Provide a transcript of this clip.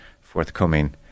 forthcoming